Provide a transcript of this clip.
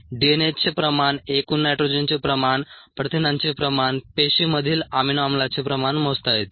डीएनएचे प्रमाण एकूण नायट्रोजनचे प्रमाण प्रथिनांचे प्रमाण पेशींमधील अमिनो आम्लाचे प्रमाण मोजता येते